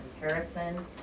comparison